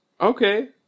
okay